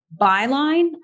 byline